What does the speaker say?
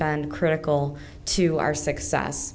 been critical to our success